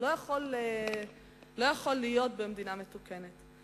לא יכול להיות במדינה מתוקנת.